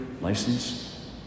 license